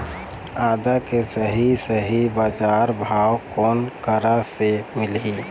आदा के सही सही बजार भाव कोन करा से मिलही?